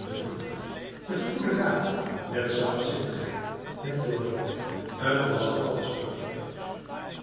beproefd met goede raad met zachtzinnigheid met toorn t was alles vruchteloos